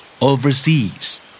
Overseas